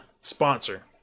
sponsor